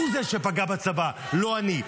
הוא זה שפגע בצבא, לא אני.